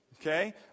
Okay